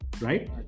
right